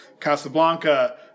Casablanca